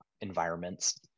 environments